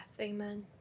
Amen